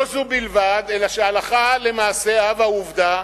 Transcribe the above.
לא זו בלבד, אלא שהלכה למעשה, הווה עובדא,